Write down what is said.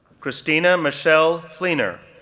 christina michelle fleener,